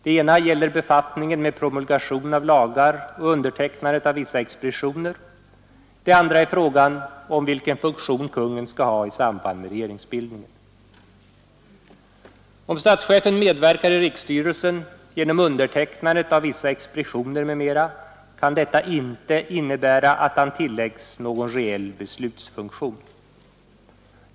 Det ena gäller befattningen med promulgation av lagar och undertecknandet av vissa expeditioner, det andra är frågan om vilken funktion kungen skall ha i samband med regeringsbildningen. Om statschefen medverkar i riksstyrelsen genom undertecknandet av vissa expeditioner m.m., kan detta inte innebära att han tilläggs någon reell beslutsfunktion.